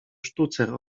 sztucer